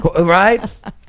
Right